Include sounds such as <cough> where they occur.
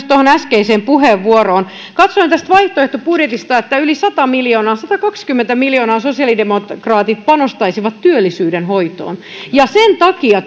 <unintelligible> tuohon äskeiseen puheenvuoroon katsoin tästä vaihtoehtobudjetista että yli sata miljoonaa satakaksikymmentä miljoonaa sosiaalidemokraatit panostaisivat työllisyyden hoitoon sen takia <unintelligible>